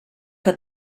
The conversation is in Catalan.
que